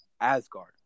Asgard